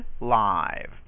live